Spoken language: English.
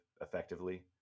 effectively